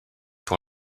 pour